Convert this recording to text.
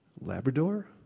Labrador